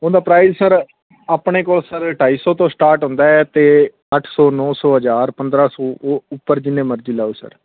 ਉਹਦਾ price sir ਆਪਣੇ ਕੋਲ ਸਰ ਢਾਈ ਸੌ ਤੋਂ ਸਟਾਰਟ ਹੁੰਦਾ ਅਤੇ ਅੱਠ ਸੌ ਨੌ ਸੌ ਹਜ਼ਾਰ ਪੰਦਰ੍ਹਾਂ ਸੌ ਉਹ ਉੱਪਰ ਜਿੰਨੇ ਮਰਜ਼ੀ ਲਾਓ ਸਰ